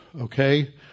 okay